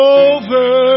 over